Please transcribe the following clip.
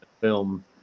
film